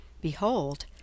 Behold